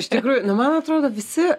iš tikrųjų nu man atrodo visi